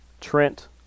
Trent